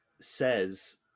says